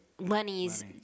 Lenny's